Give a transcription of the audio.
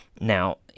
Now